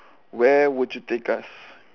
where would you take us